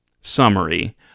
summary